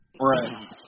Right